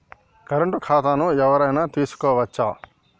Current ఖాతాను ఎవలైనా తీసుకోవచ్చా?